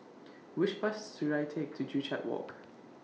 Which Bus should I Take to Joo Chiat Walk